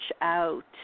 out